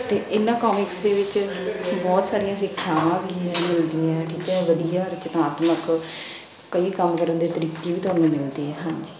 ਅਤੇ ਇਹਨਾਂ ਕੋਮੀਕਸ ਦੇ ਵਿੱਚ ਬਹੁਤ ਸਾਰੀਆਂ ਸਿੱਖਿਆਵਾਂ ਵੀ ਮਿਲਦੀਆਂ ਠੀਕ ਹੈ ਵਧੀਆ ਰਚਨਾਤਮਕ ਕਈ ਕੰਮ ਕਰਨ ਦੇ ਤਰੀਕੇ ਵੀ ਤੁਹਾਨੂੰ ਮਿਲਦੇ ਹੈ ਹਾਂਜੀ